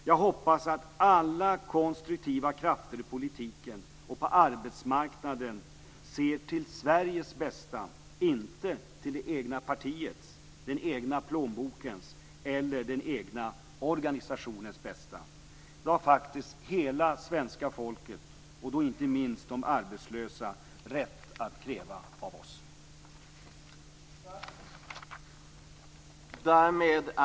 Jag hoppas att alla konstruktiva krafter i politiken och på arbetsmarknaden ser till Sveriges bästa, inte till det egna partiets, den egna plånbokens eller den egna organisationens bästa. Det har faktiskt hela svenska folket, och då inte minst de arbetslösa, rätt att kräva av oss.